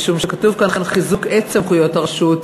משום שכתוב כאן "חיזוק את סמכויות הרשות",